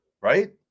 right